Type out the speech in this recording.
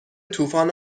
طوفان